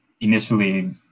initially